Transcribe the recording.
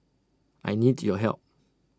I need your help